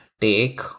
take